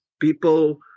people